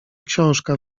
książka